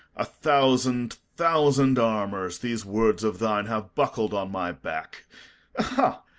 a thousand thousand armors these words of thine have buckled on my back ah,